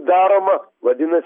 daroma vadinas